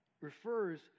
refers